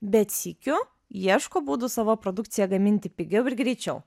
bet sykiu ieško būdų savo produkciją gaminti pigiau ir greičiau